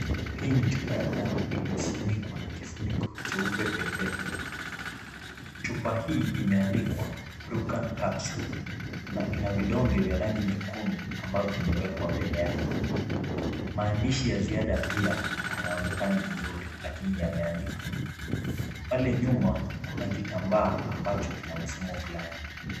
Hii ni chupa ya dawa iliyofunikwa na kifuniko cheupe pepepe. Chupa hii imeandikwa Prucan Capsule na ina vidonge vya rangi nyekundu ambavyo vimewekwa mbele yake. Maandishi ya ziada pia hayaonekani vizuri lakini yameandikwa. pale nyuma kuna kitambaa ambacho kina mfumo fulani.